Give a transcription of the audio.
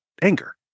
anger